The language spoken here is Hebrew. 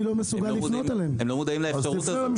הם לא מודעים לאפשרות הזאת.